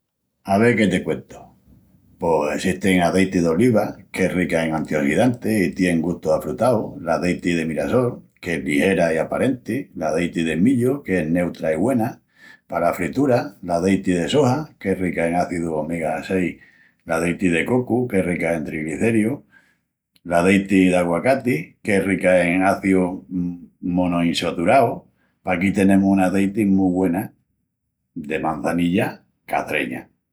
Ave que te cuentu... pos essesti l'azeiti d'oliva, qu'es rica en antiossidantis i tien gustu afrutau, l'azeiti de mirassol, qu'es ligera i aparenti, l'azeiti de millu, qu'es neutra i güena palas frituras; l'azeiti de soja, qu'es rica en azius omega-6, l'azeiti de cocu, qu'es rica en triglicérius, i l'azeiti d'aguacati, qu'es rica en azius monoinsaturaus. Paquí tenemus una azeiti mu güena de mançanilla caçreña.